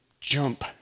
jump